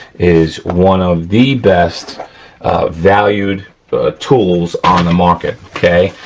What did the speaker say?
is one of the best valued tools on the market, okay.